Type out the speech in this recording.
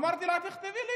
אמרתי לה: תכתבי לי.